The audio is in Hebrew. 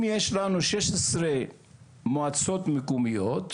אם יש לנו שש עשרה מועצות מקומיות,